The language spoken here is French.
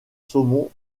saumon